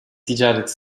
ticareti